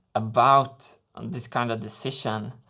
about this kind of decision.